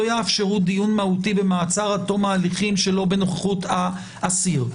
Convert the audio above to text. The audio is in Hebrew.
יאפשרו דיון מהותי במעצר עד תום ההליכים שלא בנוכחות האסיר.